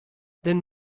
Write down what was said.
then